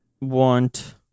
Want